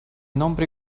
nombre